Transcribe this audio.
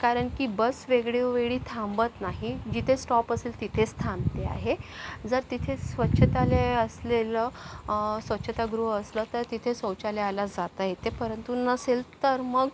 कारण की बस वेगळं वेळी थांबत नाही जिथे स्टॉप असेल तिथेच थांबते आहे जर तिथे स्वच्छतालय असलेलं स्वच्छतागृह असलं तर तिथे शौचालयाला जाता येते परंतु नसेल तर मग